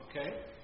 Okay